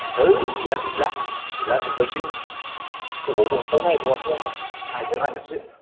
है जेआ गैला जिलाजोब्बायसो अबाव दंथाय नायबावाखै आङो नागेरनांगोनसो